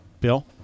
Bill